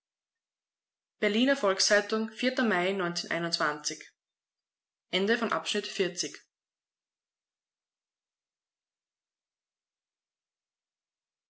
berliner volks-zeitung mai